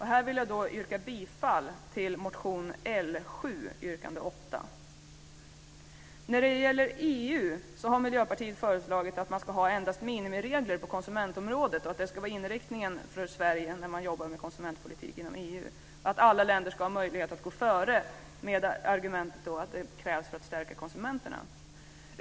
Här vill jag yrka bifall till motion L7 yrkande 8. När det gäller EU har Miljöpartiet föreslagit att man ska ha endast minimiregler på konsumentområdet och att det ska vara inriktningen för Sverige när man jobbar med konsumentpolitik inom EU. Alla länder ska ha möjlighet att gå före med argumentet att det krävs för att stärka konsumenterna.